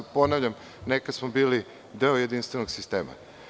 Ponavljam, nekada smo bili deo jedinstvenog sistema.